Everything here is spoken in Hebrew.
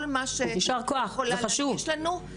כל מה שהיא יכולה להגיש לנו.